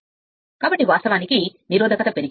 కాబట్టి వాస్తవానికి నిరోధకత పెరిగితే